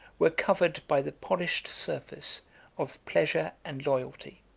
were covered by the polished surface of pleasure and loyalty